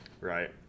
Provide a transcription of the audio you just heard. Right